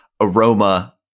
aroma